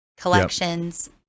collections